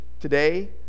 today